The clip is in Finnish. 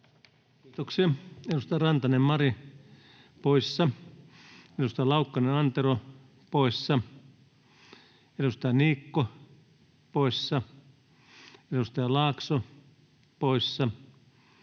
Kiitoksia. — Edustaja Mari Rantanen poissa, edustaja Antero Laukkanen poissa, edustaja Niikko poissa, edustaja Laakso poissa,